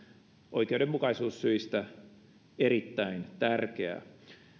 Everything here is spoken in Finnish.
oikeudenmukaisuussyistä erittäin tärkeää